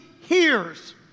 hears